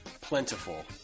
plentiful